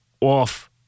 off